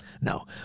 No